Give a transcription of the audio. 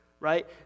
right